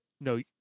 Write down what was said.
No